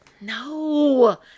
No